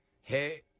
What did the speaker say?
Hey